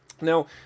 Now